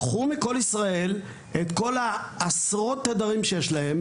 קחו מקול ישראל את עשרות התדרים שיש להם,